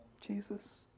Jesus